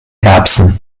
erbsen